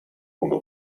اونو